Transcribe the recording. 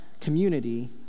community